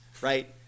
right